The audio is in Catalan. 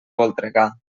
voltregà